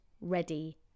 ready